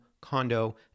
condo